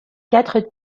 quatre